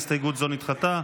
הסתייגות זו נדחתה.